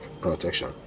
protection